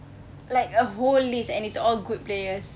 like a whole list and it's all good players